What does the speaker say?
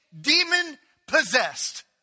demon-possessed